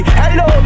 hello